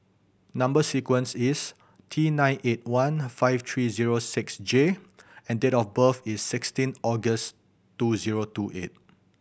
number sequence is T nine eight one five three zero six J and date of birth is sixteen August two zero two eight